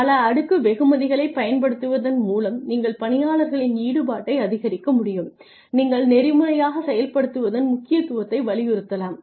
பல அடுக்கு வெகுமதிகளைப் பயன்படுத்துவதன் மூலம் நீங்கள் பணியாளர்களின் ஈடுபாட்டை அதிகரிக்க முடியும் நீங்கள் நெறிமுறையாகச் செயல்படுவதன் முக்கியத்துவத்தை வலியுறுத்தலாம்